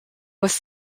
was